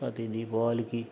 ప్రతీ దీపావళికి